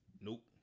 Nope